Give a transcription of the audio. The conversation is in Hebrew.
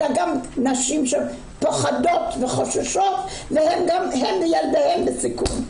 אלא גם נשים שפוחדות וחוששות וגם הן וילדיהן בסיכון.